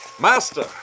Master